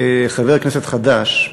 כחבר כנסת חדש,